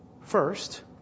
First